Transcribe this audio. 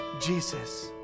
Jesus